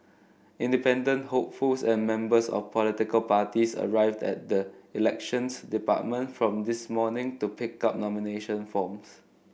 independent hopefuls and members of political parties arrived at the Elections Department from this morning to pick up nomination forms